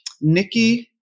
Nikki